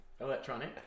Electronic